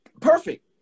perfect